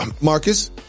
Marcus